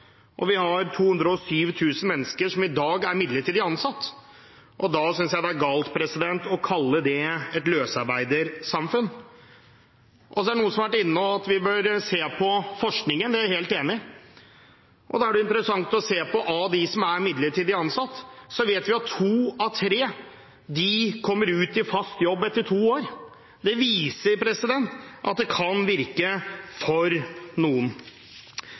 Vi har 207 000 mennesker som i dag er midlertidig ansatt, og da synes jeg det er galt å kalle det et løsarbeidersamfunn. Så er det noen som har vært innom at vi bør se på forskningen. Det er jeg helt enig i, og da er det interessant å se at av dem som er midlertidig ansatt, kommer to av tre ut i fast jobb etter to år. Det viser at det kan virke for noen.